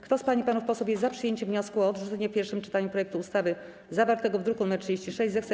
Kto z pań i panów posłów jest za przyjęciem wniosku o odrzucenie w pierwszym czytaniu projektu ustawy zawartego w druku nr 36, zechce